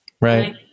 Right